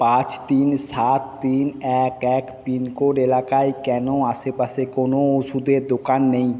পাঁচ তিন সাত তিন এক এক পিনকোড এলাকায় কেন আশেপাশে কোনো ওষুধের দোকান নেই